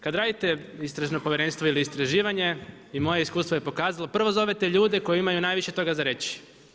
Kad radite istražno povjerenstvo ili istraživanje i moje iskustvo je pokazalo prvo zovete ljude koje imaju najviše toga reći.